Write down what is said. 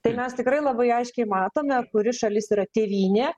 tai mes tikrai labai aiškiai matome kuri šalis yra tėvynė